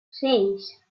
seis